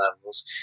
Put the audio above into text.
levels